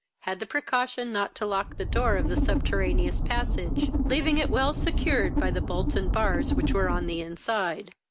had the precaution not to lock the door of the subterraneous passage, leaving it well secured by the bolts and bars which were on the inside.